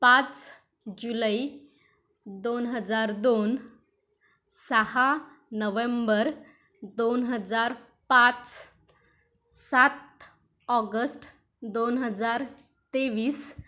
पाच जुलै दोन हजार दोन सहा नव्हेंबर दोन हजार पाच सात ऑगस्ट दोन हजार तेवीस